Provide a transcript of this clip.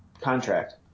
contract